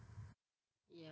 yup